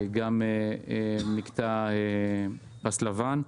וגם מקטע פס לבן.